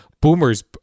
boomers